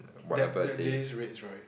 that that day's rates right